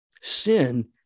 Sin